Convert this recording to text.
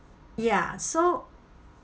ya so